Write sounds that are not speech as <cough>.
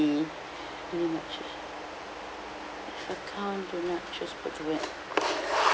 <breath> pretty much is it account don't have